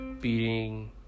beating